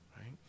right